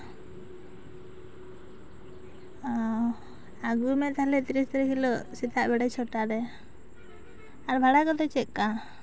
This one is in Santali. ᱟᱜᱩᱭ ᱢᱮ ᱛᱟᱞᱦᱮ ᱛᱤᱨᱤᱥ ᱛᱟᱨᱤᱠᱷ ᱦᱤᱞᱳᱜ ᱥᱮᱛᱟᱜ ᱵᱮᱲᱟ ᱪᱷᱚᱴᱟ ᱨᱮ ᱟᱨ ᱵᱷᱟᱲᱟ ᱠᱚᱫᱚ ᱪᱮᱫᱞᱮᱠᱟ